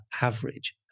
average